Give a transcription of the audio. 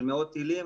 של מאות טילים